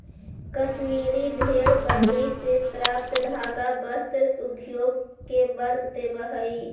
कश्मीरी भेड़ बकरी से प्राप्त धागा वस्त्र उद्योग के बल देवऽ हइ